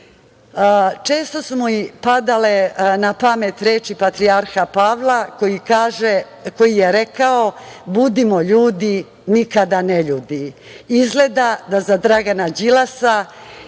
su mi padale na pamet reči patrijarha Pavla koji je rekao – budimo ljudi, nikada neljudi. Izgleda da za Dragana Đilasa